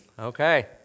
okay